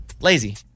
lazy